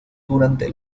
durante